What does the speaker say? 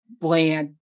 bland